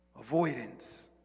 Avoidance